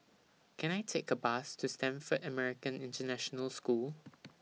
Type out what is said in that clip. Can I Take A Bus to Stamford American International School